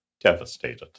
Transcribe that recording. devastated